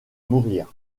mourir